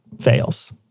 fails